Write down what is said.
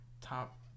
top